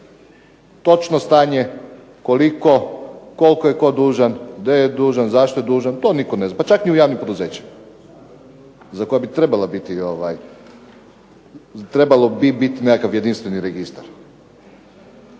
Točno stanje koliko je tko dužan, gdje je dužan, zašto je dužan, to nitko ne zna pa čak ni u javnim poduzećima za koje bi trebao biti nekakav jedinstveni registar.